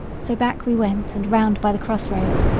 so back we went and round by the crossroads,